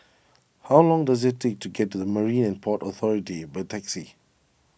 how long does it take to get to the Marine and Port Authority by taxi